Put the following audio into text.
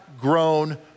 grown